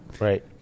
right